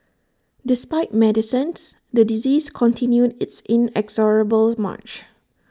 despite medicines the disease continued its inexorable March